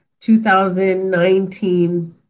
2019